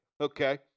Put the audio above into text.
Okay